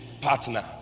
partner